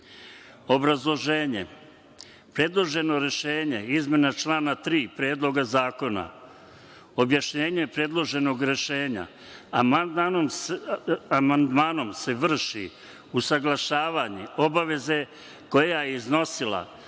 dinara. Obrazloženje: predloženo rešenje, izmena člana 3. Predloga zakona, objašnjenje predloženog rešenja: Amandmanom se vrši usaglašavanje obaveze koja je iznosila